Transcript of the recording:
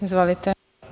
Izvolite.